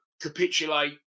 capitulate